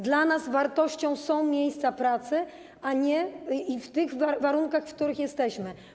Dla nas wartością są miejsca pracy w tych warunkach, w których jesteśmy.